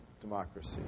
democracy